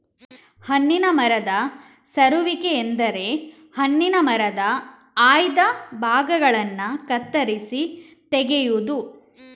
ಹಣ್ಣಿನ ಮರದ ಸರುವಿಕೆ ಎಂದರೆ ಹಣ್ಣಿನ ಮರದ ಆಯ್ದ ಭಾಗಗಳನ್ನ ಕತ್ತರಿಸಿ ತೆಗೆಯುದು